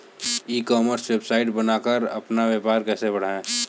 ई commerce website बनाकर अपना व्यापार कैसे बढ़ाएँ?